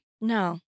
no